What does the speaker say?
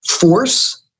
force